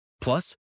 Plus